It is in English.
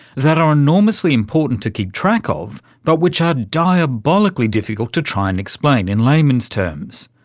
that are enormously important to keep track of, but which are diabolically difficult to try and explain in laymen's terms.